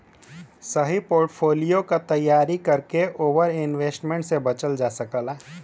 सही पोर्टफोलियो क तैयारी करके ओवर इन्वेस्टमेंट से बचल जा सकला